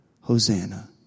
Hosanna